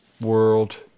world